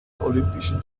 olympischen